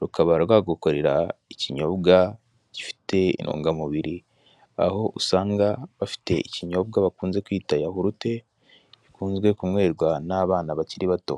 rukaba rwagukorera ikinyobwa gifite intungamubiri aho usanga bafite ikinyobwa bakunze kwita yahurute gikunzwe kunywebwa n'abana bakiri bato.